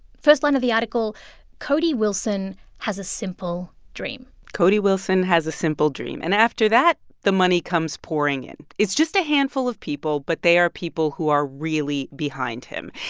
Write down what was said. first line of the article cody wilson has a simple dream cody wilson has a simple dream. and after that, the money comes pouring in. it's just a handful of people, but they are people who are really behind him.